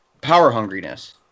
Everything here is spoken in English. power-hungriness